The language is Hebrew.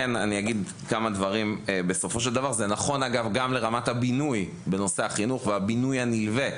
זה נכון אגב גם לנושא הבינוי והבינוי הלווה.